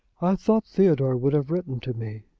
i thought theodore would have written to me!